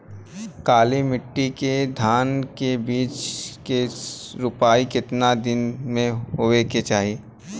काली मिट्टी के धान के बिज के रूपाई कितना दिन मे होवे के चाही?